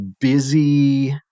busy